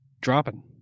Dropping